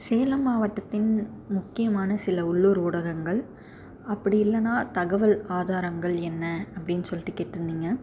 சேலம் மாவட்டத்தின் முக்கியமான சில உள்ளூர் ஊடகங்கள் அப்படி இல்லைன்னா தகவல் ஆதாரங்கள் என்ன அப்படின் சொல்லிட்டு கேட்டுருந்தீங்க